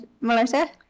Melissa